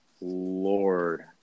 lord